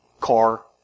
car